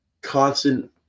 constant